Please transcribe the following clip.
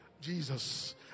Jesus